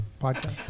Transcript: podcast